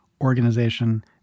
organization